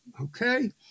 okay